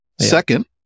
Second